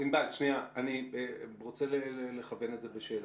אני רוצה לכוון אותך בשאלות.